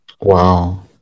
Wow